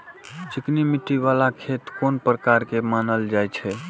चिकनी मिट्टी बाला खेत कोन प्रकार के मानल जाय छै?